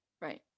Right